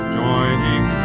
joining